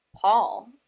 Paul